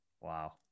Wow